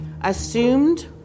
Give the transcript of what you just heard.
assumed